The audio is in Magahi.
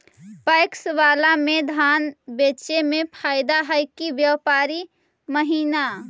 पैकस बाला में धान बेचे मे फायदा है कि व्यापारी महिना?